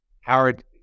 Howard